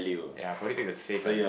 ya I'll probably take the safe ah